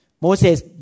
Moses